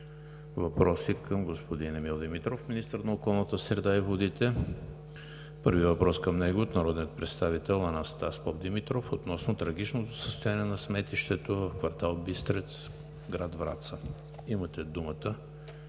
въпроси към господин Емил Димитров, министър на околната среда и водите. Първият въпрос към него е от народния представител Анастас Попдимитров относно трагичното състояние на сметището в квартал „Бистрец“, град Враца. Имате думата